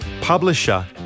publisher